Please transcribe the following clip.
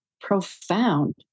profound